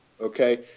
okay